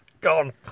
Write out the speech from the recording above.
gone